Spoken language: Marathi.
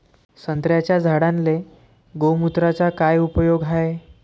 संत्र्याच्या झाडांले गोमूत्राचा काय उपयोग हाये?